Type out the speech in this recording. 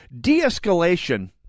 De-escalation